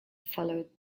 followed